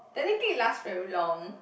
technically it last very long